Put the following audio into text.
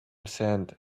sand